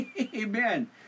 Amen